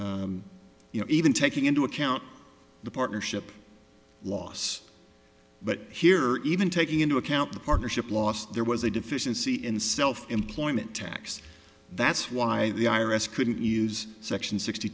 tax you know even taking into account the partnership loss but here even taking into account the partnership loss there was a deficiency in self employment tax that's why the i r s couldn't use section sixty